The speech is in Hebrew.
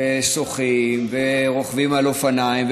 שוחים ורוכבים על אופניים,